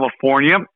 California